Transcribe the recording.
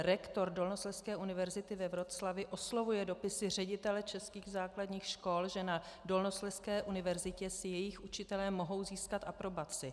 Rektor Dolnoslezské univerzity ve Wroclawi oslovuje dopisy ředitele českých základních škol, že na Dolnoslezské univerzitě si jejich učitelé mohou získat aprobaci.